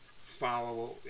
follow